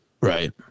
Right